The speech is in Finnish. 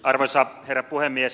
arvoisa herra puhemies